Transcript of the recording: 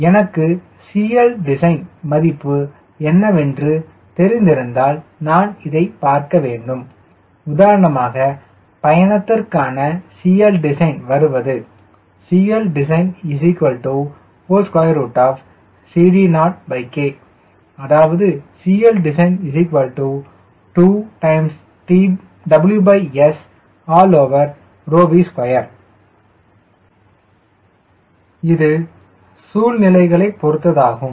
எனக்கு CL design மதிப்பு என்னவென்று தெரிந்திருந்தால் நான் இதைப் பார்க்கவேண்டும் உதாரணமாக பயணத்திற்கான CL design வருவது CL design CD0K அதாவது CL design 2WSV2 இது சூழ்நிலைகளை பொருத்ததாகும்